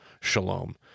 shalom